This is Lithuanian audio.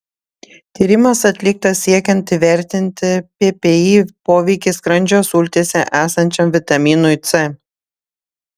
tyrimas atliktas siekiant įvertinti ppi poveikį skrandžio sultyse esančiam vitaminui c